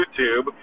YouTube